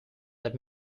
that